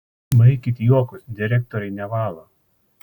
baikit juokus direktoriai nevalo